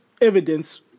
evidence